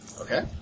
Okay